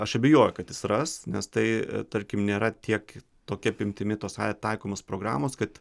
aš abejoju kad jis ras nes tai tarkim nėra tiek tokia apimtimi tos taikomos programos kad